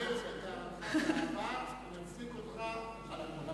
אני מקבל את הערתך באהבה ומצדיק אותך על הכול.